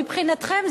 מבחינתכם,